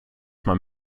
man